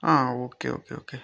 ആ okay okay okay